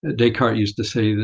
ah descartes used to say,